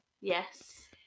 Yes